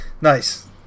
Nice